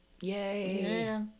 yay